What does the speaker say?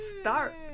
start